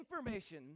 information